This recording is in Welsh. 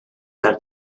fel